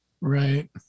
Right